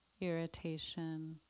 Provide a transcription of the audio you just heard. irritation